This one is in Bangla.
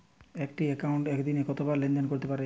একটি একাউন্টে একদিনে কতবার লেনদেন করতে পারব?